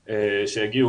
גיור,